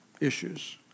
issues